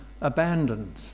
abandoned